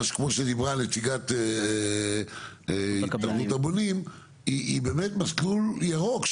כמו שדיברה נציגת הסתדרות הבונים היא באמת מסלול ירוק,